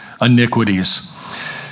iniquities